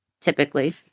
typically